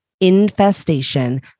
Infestation